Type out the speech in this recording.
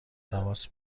تماس